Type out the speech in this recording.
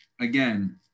again